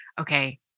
okay